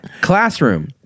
Classroom